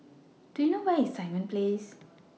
Do YOU know Where IS Simon Place